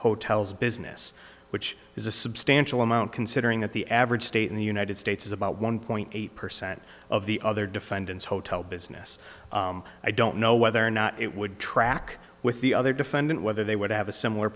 hotel's business which is a substantial amount considering that the average state in the united states is about one point eight percent of the other defendants hotel business i don't know whether or not it would track with the other defendant whether they would have a similar